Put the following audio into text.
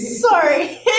Sorry